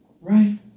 Right